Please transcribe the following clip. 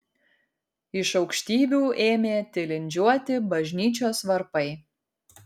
iš aukštybių ėmė tilindžiuoti bažnyčios varpai